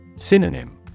Synonym